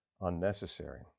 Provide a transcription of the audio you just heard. unnecessary